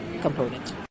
component